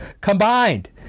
combined